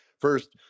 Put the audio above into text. first